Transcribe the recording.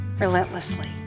relentlessly